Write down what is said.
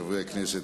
חברי הכנסת,